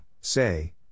say